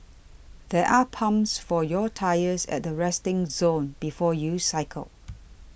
there are pumps for your tyres at the resting zone before you cycle